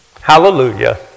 Hallelujah